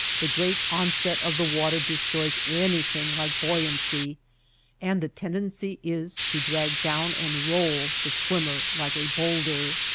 the great onset of the water destroys anything like buoy ancy, and the tendency is to drag down and roll the swimmer like a bowlder.